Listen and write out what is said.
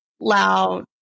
loud